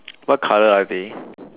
what colour are they